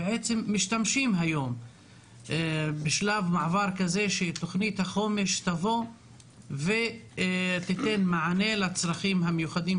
אנחנו בשלב מעבר כך שתוכנית החומש תבוא ותיתן מענה לצרכים המיוחדים